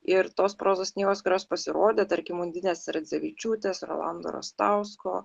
ir tos prozos knygos kurios pasirodė tarkim undinės radzevičiūtės rolando rastausko